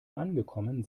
angekommen